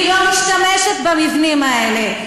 היא לא משתמשת במבנים האלה.